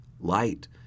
Light